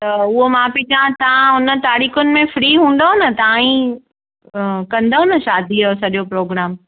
त उहो मां पई चवां तव्हां हुननि तारीखुनि में फ्री हूंदव न तव्हां ई कंदव न शादीअ जो सॼो प्रोग्राम